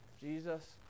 Jesus